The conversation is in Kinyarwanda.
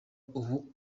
ubu